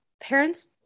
parents